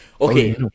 Okay